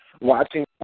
watching